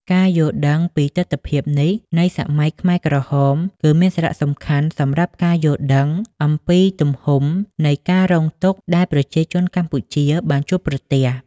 ការយល់ដឹងពីទិដ្ឋភាពនេះនៃសម័យខ្មែរក្រហមគឺមានសារៈសំខាន់សម្រាប់ការយល់ដឹងអំពីទំហំនៃការរងទុក្ខដែលប្រជាជនកម្ពុជាបានជួបប្រទះ។